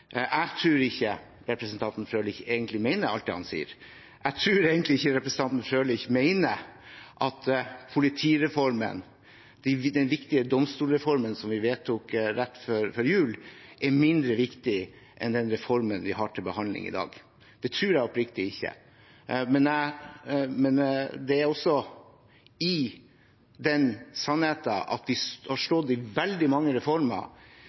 Jeg tror egentlig ikke representanten Frølich mener at politireformen og den viktige domstolsreformen som vi vedtok rett før jul, er mindre viktige enn den reformen vi har til behandling i dag. Det tror jeg oppriktig ikke. Men det er en sannhet at vi har stått i veldig mange reformer